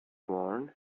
sworn